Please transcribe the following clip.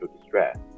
distress